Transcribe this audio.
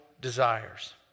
desires